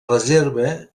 reserva